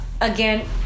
Again